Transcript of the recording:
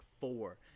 four